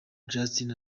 justin